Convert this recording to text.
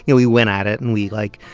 you know we went at it, and we, like,